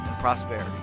prosperity